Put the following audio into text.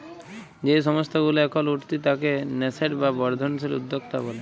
যেই সংস্থা গুলা এখল উঠতি তাকে ন্যাসেন্ট বা বর্ধনশীল উদ্যক্তা ব্যলে